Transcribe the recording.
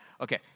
Okay